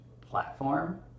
platform